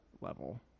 level